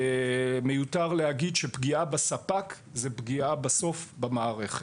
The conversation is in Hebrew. מיותר להגיד שפגיעה בספק זה פגיעה בסוף במערכת.